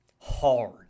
hard